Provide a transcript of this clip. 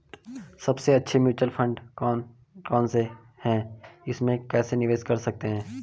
सबसे अच्छे mutual fund कौन कौनसे हैं इसमें कैसे निवेश कर सकते हैं?